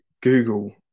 google